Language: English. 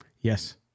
Yes